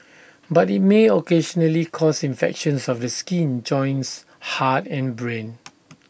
but IT may occasionally cause infections of the skin joints heart and brain